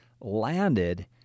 landed